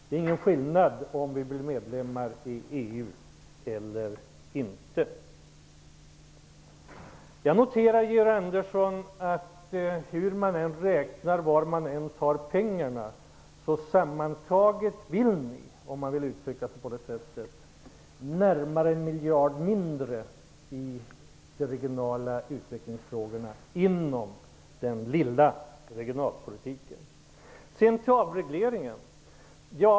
Det är ingen skillnad om Sverige blir medlem i EU eller inte. Georg Andersson! Hur man än räknar vill ni sammantaget -- om man kan uttrycka sig på det sättet -- ha närmare en miljard mindre till de regionala utvecklingsfrågorna inom den lilla regionalpolitiken. Det noterar jag. Till avregleringen.